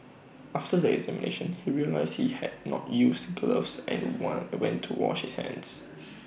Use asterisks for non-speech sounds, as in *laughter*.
after the examination he realised he had not used gloves and want went to wash his hands *noise*